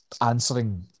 Answering